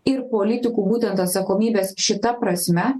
ir politikų būtent atsakomybės šita prasme